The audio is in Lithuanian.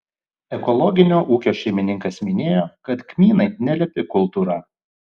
ekologinio ūkio šeimininkas minėjo kad kmynai nelepi kultūra